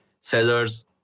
sellers